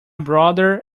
brother